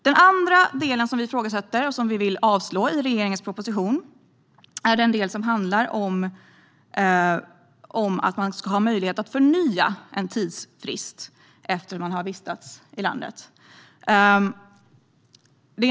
Den andra del som vi ifrågasätter och där vi vill att regeringens proposition ska avslås handlar om att man ska ha möjlighet att förnya en tidsfrist efter att man har vistats i landet.